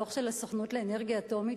הדוח של הסוכנות לאנרגיה אטומית,